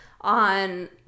on